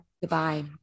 Goodbye